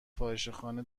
فاحشهخانه